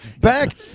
back